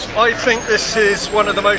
i think this is one of the most